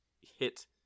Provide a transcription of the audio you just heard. hit